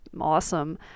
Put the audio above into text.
Awesome